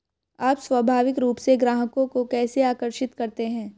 आप स्वाभाविक रूप से ग्राहकों को कैसे आकर्षित करते हैं?